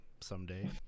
someday